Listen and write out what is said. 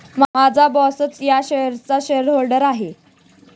माझा बॉसच या शेअर्सचा शेअरहोल्डर आहे